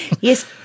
Yes